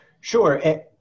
sure